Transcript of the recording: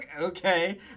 okay